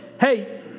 hey